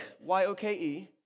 Y-O-K-E